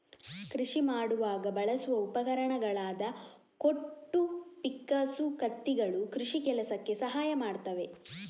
ಕೃಷಿ ಮಾಡುವಾಗ ಬಳಸುವ ಉಪಕರಣಗಳಾದ ಕೊಟ್ಟು, ಪಿಕ್ಕಾಸು, ಕತ್ತಿಗಳು ಕೃಷಿ ಕೆಲಸಕ್ಕೆ ಸಹಾಯ ಮಾಡ್ತವೆ